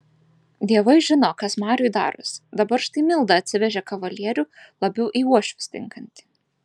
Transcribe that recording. dievai žino kas mariui darosi dabar štai milda atsivežė kavalierių labiau į uošvius tinkantį